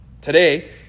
Today